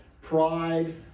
pride